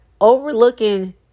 overlooking